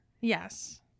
Yes